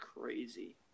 crazy